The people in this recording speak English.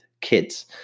kids